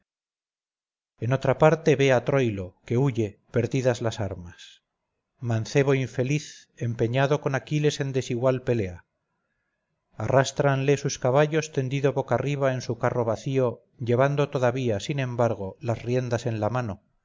en otra parte ve a troilo que huye perdidas las armas mancebo infeliz empeñado con aquiles en desigual pelea arrástranle sus caballos tendido boca arriba en su carro vacío llevando todavía sin embargo las riendas en la mano